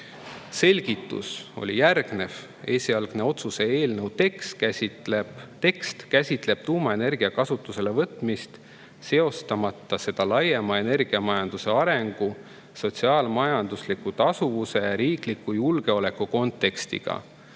selgitus oli järgnev: "Esialgne otsuse eelnõu tekst käsitleb tuumaenergia kasutusele võtmist seostamata seda laiema energiamajanduse arengu, sotsiaalmajandusliku tasuvuse ja riikliku julgeoleku kontekstiga.